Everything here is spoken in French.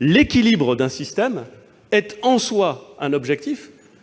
l'équilibre d'un système est en soi un objectif,